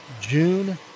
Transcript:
June